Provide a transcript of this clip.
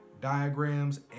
diagrams